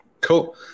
Cool